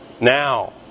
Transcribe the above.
Now